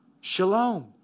shalom